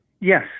Yes